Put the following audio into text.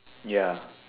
ya